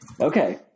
Okay